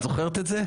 את זוכרת את זה?